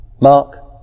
Mark